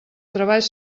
treballs